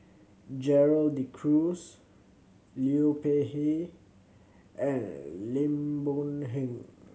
Gerald De Cruz Liu Peihe and Lim Boon Heng